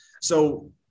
So-